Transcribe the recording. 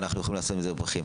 ואנחנו יכולים לתת זרי פרחים.